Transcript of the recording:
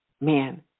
Man